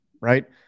right